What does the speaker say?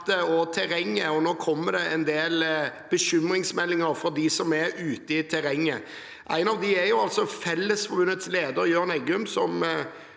og terrenget, og nå kommer det en del bekymringsmeldinger fra dem som er ute i terrenget. En av dem er altså Fellesforbundets leder, Jørn Eggum,